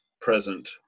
present